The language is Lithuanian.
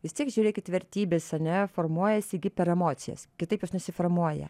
vis tiek žiūrėkit vertybės ane formuojasi gi per emocijas kitaip jos nesiformuoja